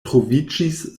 troviĝis